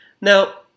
Now